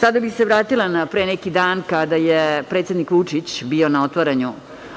Sada bih se vratila na pre neki dan, kada je predsednik Vučić bio na otvaranju